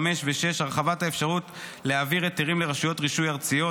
(5) ו-(6) הרחבת האפשרות להעביר היתרים לרשויות רישוי ארציות,